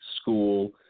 school